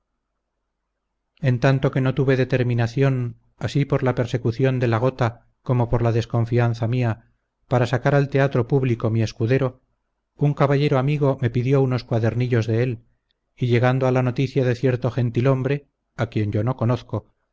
en tanto que no tuve determinación así por la persecución de la gota como por la desconfianza mía para sacar al teatro público mi escudero un caballero amigo me pidió unos cuadernillos de él y llegando a la noticia de cierto gentilhombre á quien yo no conozco